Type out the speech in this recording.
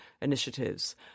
initiatives